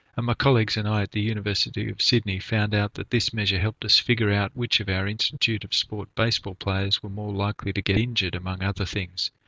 and my colleagues and i at the university of sydney found out that this measure helped us figure out which of our institute of sport baseball players were more likely to get injured among other things.